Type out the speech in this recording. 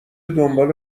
دنباله